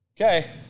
Okay